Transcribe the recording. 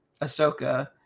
Ahsoka